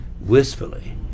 wistfully